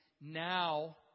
Now